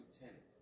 lieutenant